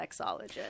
sexologist